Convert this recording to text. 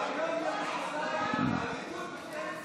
התשפ"ג 2022, נתקבל.